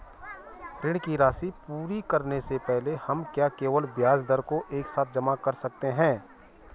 ऋण की राशि पूरी करने से पहले हम क्या केवल ब्याज दर को एक साथ जमा कर सकते हैं?